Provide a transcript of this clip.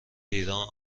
ایران